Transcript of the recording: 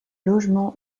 logements